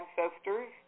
ancestors